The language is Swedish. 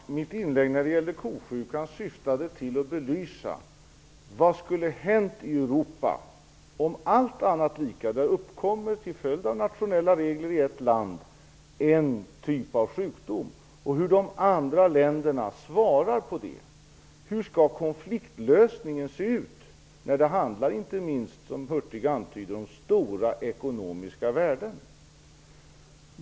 Herr talman! Mitt inlägg när det gällde "galna kosjukan" syftade till att belysa vad som skulle ha hänt i Europa om allt annat hade varit lika - till följd av nationella regler i ett land hade det uppkommit en typ av sjukdom - och hur de andra länderna svarar på det. Hur skall konfliktlösningen se ut när det handlar om stora ekonomiska värden, som Bengt Hurtig antyder?